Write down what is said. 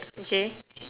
okay